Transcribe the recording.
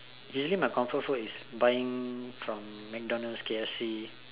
usually my comfort food is buying from MacDonald's K_F_C